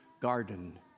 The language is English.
garden